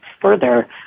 further